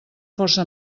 força